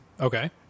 Okay